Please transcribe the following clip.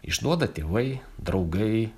išduoda tėvai draugai